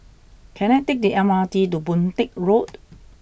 can I take the M R T to Boon Teck Road